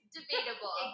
Debatable